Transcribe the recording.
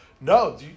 No